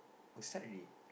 oh start already